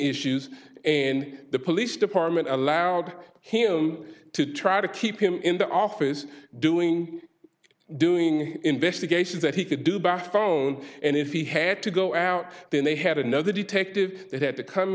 issues and the police department allowed him to try to keep him in the office doing doing investigations that he could do by phone and if he had to go out then they had another detective that had to come